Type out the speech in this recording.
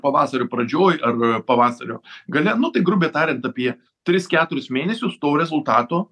pavasario pradžioj ar pavasario gale nu tai grubiai tariant apie tris keturis mėnesius to rezultato